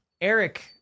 Eric